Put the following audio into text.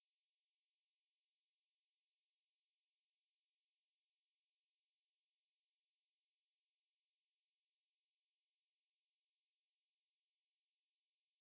he's supposed to so he saying that oh this is something that he can do very well and he was the one who volunteered for it okay so நானும் நினைத்தேன்:naanum ninatten like okay lah just nice like let him do